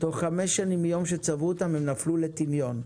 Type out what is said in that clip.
תוך חמש שנים מיום שצבעו אותם, הם נפלו לטמיון.